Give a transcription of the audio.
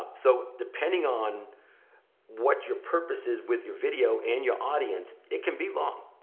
ah so depending on what your purpose is, with your video and your audience, it can be long.